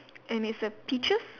and it's a peaches